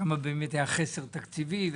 שם היה חסר תקציבי וכו'.